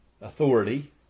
authority